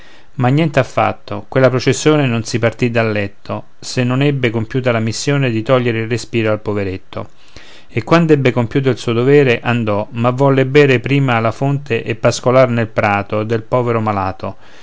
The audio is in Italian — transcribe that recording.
ma niente affatto quella processione non si partì dal letto se non ebbe compiuta la missione di togliere il respiro al poveretto e quand'ebbe compiuto il suo dovere andò ma volle bere prima alla fonte e pascolar nel prato del povero malato